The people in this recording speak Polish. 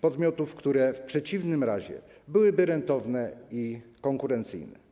podmiotów, które w przeciwnym razie byłyby rentowne i konkurencyjne.